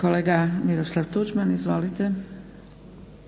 Kolega Miroslav Tuđman, izvolite.